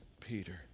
Peter